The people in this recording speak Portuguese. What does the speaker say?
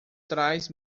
traz